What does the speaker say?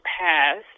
passed